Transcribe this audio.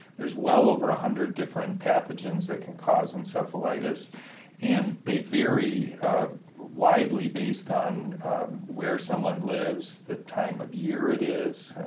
there's well over a hundred different pathogens that can cause encephalitis and they vary widely based on where someone lives, the time of year it is,